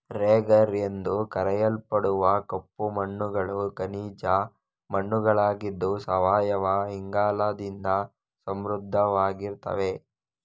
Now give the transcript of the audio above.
ರೆಗರ್ ಎಂದು ಕರೆಯಲ್ಪಡುವ ಕಪ್ಪು ಮಣ್ಣುಗಳು ಖನಿಜ ಮಣ್ಣುಗಳಾಗಿದ್ದು ಸಾವಯವ ಇಂಗಾಲದಿಂದ ಸಮೃದ್ಧವಾಗಿರ್ತವೆ